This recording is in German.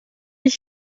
ich